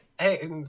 hey